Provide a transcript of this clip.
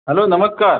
hello नमस्कार